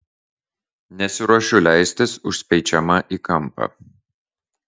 nesiruošiu leistis užspeičiama į kampą